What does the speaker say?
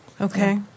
Okay